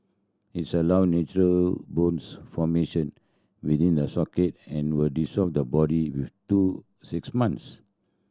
its allows natural bones formation within the socket and will dissolve the body within two six months